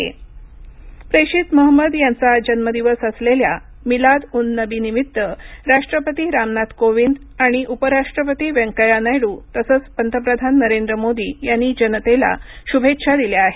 ईद शुभेच्छा प्रेषित महमद यांचा जन्मदिवस असलेल्या मिलाद उन नबी निमित्त राष्ट्रपती रामनाथ कोविंद आणि उपराष्ट्रपती वैंकय्या नायडू तसंच पंतप्रधान नरेंद्र मोदी यांनी जनतेला शुभेच्छा दिल्या आहेत